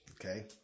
Okay